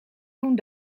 doen